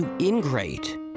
ingrate